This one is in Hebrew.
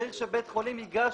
צריך שבית חולים ייגש למבחן.